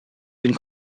been